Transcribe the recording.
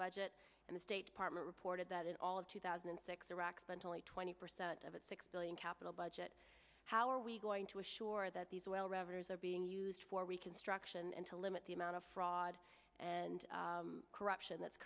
budget and the state department reported that in all of two thousand and six iraq spent only twenty percent of its six billion capital budget how are we going to assure that these well revenues are being used for reconstruction and to limit the amount of fraud and corruption that's